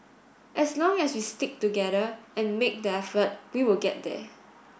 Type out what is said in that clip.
as long as we stick together and make the effort we will get there